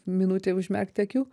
minutei užmerkti akių